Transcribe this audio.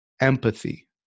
empathy